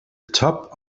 top